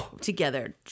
together